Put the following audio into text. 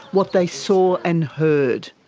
what they saw and heard.